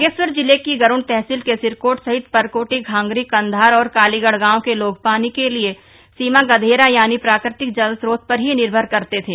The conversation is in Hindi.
बागेश्वर जिले की गरूड़ तहसील के सिरकोट सहित परकोटी घांघली कंधार और कालीगढ़ गांव के लोग पानी लिए सीम गधेरा यानी प्राकृतिक जलस्रोत पर ही निर्भर करते थे